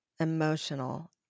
emotional